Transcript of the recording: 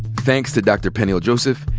thanks to dr. peniel joseph,